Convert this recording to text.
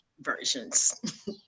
versions